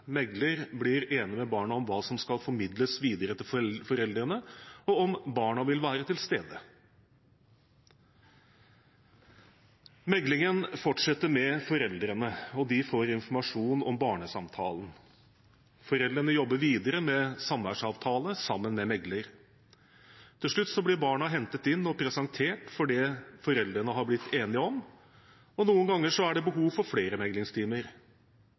blir enig med barna om hva som skal formidles videre til foreldrene, og om barna vil være til stede. Meklingen fortsetter med foreldrene, og de får informasjon om barnesamtalen. Foreldrene jobber videre med samværsavtale sammen med mekler. Til slutt blir barna hentet inn og presentert for det foreldrene har blitt enige om, og noen ganger er det behov for flere